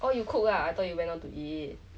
oh you cook ah I thought you went on to eat